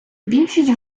більшість